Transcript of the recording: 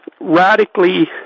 radically